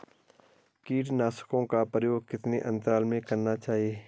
कीटनाशकों का प्रयोग कितने अंतराल में करना चाहिए?